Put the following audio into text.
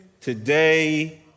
today